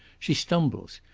she stumbles.